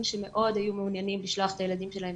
שמאוד היו מעוניינים לשלוח את הילדים שלהם